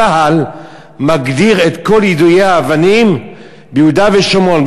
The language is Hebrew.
צה"ל מגדיר את כל יידויי האבנים ביהודה ושומרון,